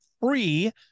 free